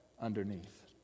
underneath